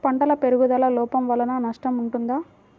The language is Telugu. పంటల పెరుగుదల లోపం వలన నష్టము ఉంటుందా?